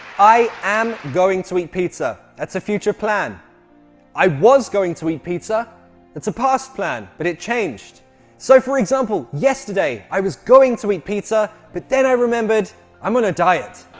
i am going to eat pizza that's a future plan i was going to eat pizza that's a past plan but it changed so for example yesterday i was going to eat pizza, but then i remembered i'm on a diet!